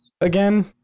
again